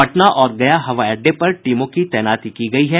पटना और गया हवाई अड्डे पर टीमों की तैनाती की गयी है